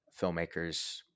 filmmakers